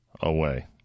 away